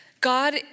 God